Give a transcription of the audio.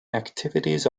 activities